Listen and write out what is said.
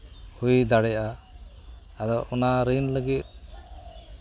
ᱦᱩᱭ ᱫᱟᱲᱮᱭᱟᱜᱼᱟ ᱟᱫᱚ ᱚᱱᱟ ᱨᱤᱱ ᱞᱟᱹᱜᱤᱫ